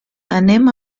anem